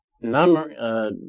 number